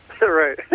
Right